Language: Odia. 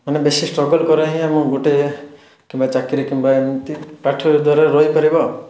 ମାନେ ବେଶୀ ଷ୍ଟ୍ରଗଲ୍ କରିବା ହିଁ ଆମକୁ ଗୋଟେ କିମ୍ବା ଚାକିରୀ କିମ୍ବା ଏମିତି ପାଠ ଦ୍ୱାରା ରହିପାରିବ